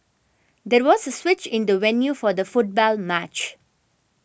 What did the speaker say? there was a switch in the venue for the football match